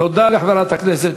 תודה לחברת הכנסת